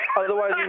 Otherwise